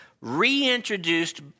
reintroduced